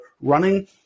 running